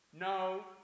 No